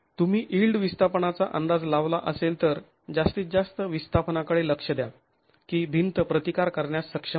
तुम्ही यिल्ड विस्थापनाचा अंदाज लावला असेल तर जास्तीत जास्त विस्थापनाकडे लक्ष द्या की भिंत प्रतिकार करण्यास सक्षम आहे